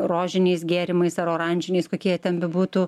rožiniais gėrimais ar oranžiniais kokie jie ten bebūtų